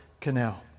canal